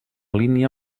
línia